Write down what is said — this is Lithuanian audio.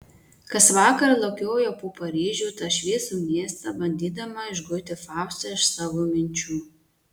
kasvakar lakiojau po paryžių tą šviesų miestą bandydama išguiti faustą iš savo minčių